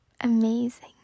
amazing